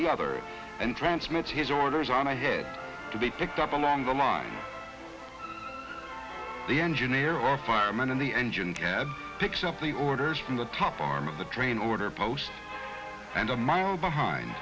the other and transmits his orders on ahead to be picked up along the line the engineer or fireman in the engine cab picks up the orders from the top arm of the train order post and a mile behind